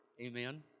Amen